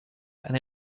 and